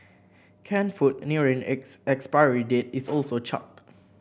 canned food nearing its expiry date is also chucked